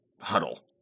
huddle